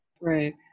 Right